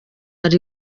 iri